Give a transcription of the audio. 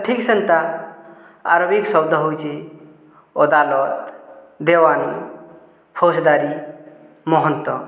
ଠିକ୍ ସେନ୍ତା ଆରବିକ୍ ଶବ୍ଦ ହେଉଛି ଅଦାଲତ ଦେୱାନି ଫୌଜଦାରୀ ମହନ୍ତ